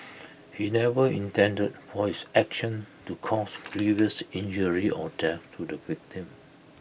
he never intended for his action to cause grievous injury or death to the victim